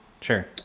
sure